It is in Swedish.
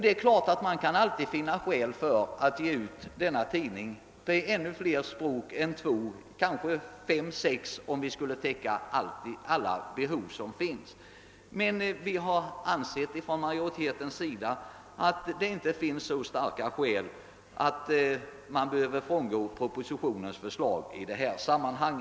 Det är klart att det alltid kan anföras skäl för att ge ut denna tidning på flera språk än två, kanske fem eller sex språk, om vi därmed skulle täcka alla de behov som finns. Men utskottsmajoriteten har ansett att det inte finns så starka skäl att man bör frångå propositionens förslag i detta sammanhang.